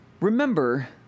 remember